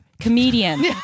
Comedian